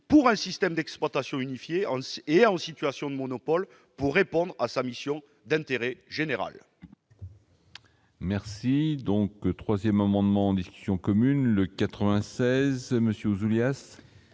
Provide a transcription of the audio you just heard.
pour un système d'exploitation unifié et en situation de monopole, un système en mesure de répondre à sa mission d'intérêt général.